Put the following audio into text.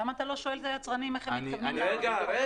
למה אתה לא שואל את היצרנים איך הם מתכוונים --- אני אשאל.